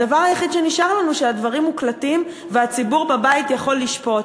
הדבר היחיד שנשאר לנו הוא שהדברים מוקלטים והציבור בבית יכול לשפוט.